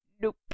nope